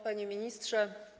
Panie Ministrze!